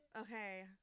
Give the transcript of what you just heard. Okay